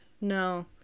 No